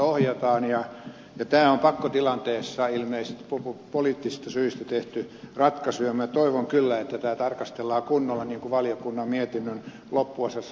tämä on pakkotilanteessa ilmeisesti poliittisista syistä tehty ratkaisu ja minä toivon kyllä että tätä tarkastellaan kunnolla niin kuin valiokunnan mietinnön loppuosassa sanotaan